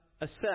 assess